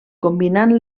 combinant